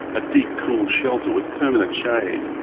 a deep cool shelter with permanent shade.